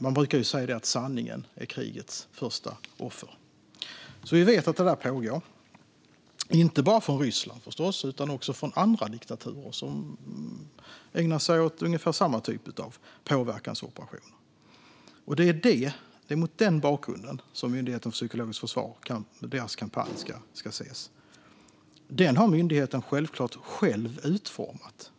Man brukar säga att sanningen är krigets första offer. Vi vet att detta pågår, inte bara från Rysslands sida utan också av andra diktaturer som ägnar sig åt ungefär samma typ av påverkansoperationer. Det är mot den bakgrunden som Myndigheten för psykologiskt försvars kampanj ska ses. Den har myndigheten självklart själv utformat.